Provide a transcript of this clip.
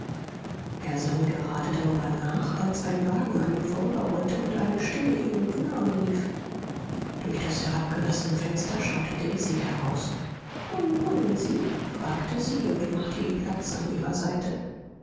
er sann gerade darüber nach als ein wagen an ihm vorüberrollte und eine stimme ihn mit namen rief durch das herabgelassene fenster schaute daisy heraus wohin wollen sie fragte sie und machte ihm platz an ihrer seite